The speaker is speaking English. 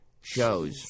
shows